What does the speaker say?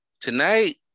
Tonight